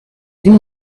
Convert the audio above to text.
این